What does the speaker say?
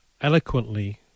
eloquently